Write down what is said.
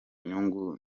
nyungu